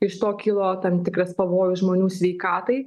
iš to kilo tam tikras pavojus žmonių sveikatai